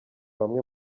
bamwe